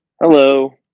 Hello